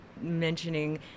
mentioning